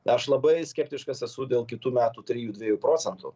aš labai skeptiškas esu dėl kitų metų trijų dviejų procentų